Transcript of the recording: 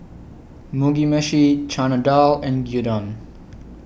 Mugi Meshi Chana Dal and Gyudon